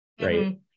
right